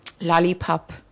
Lollipop